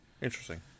Interesting